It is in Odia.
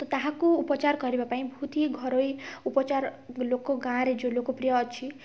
ତାହାକୁ ଉପଚାର କରିବାପାଇଁ ବହୁତ ହି ଘରୋଇ ଉପଚାର ଲୋକ ଗାଆଁରେ ଯେଉଁ ଲୋକପ୍ରିୟ ଅଛି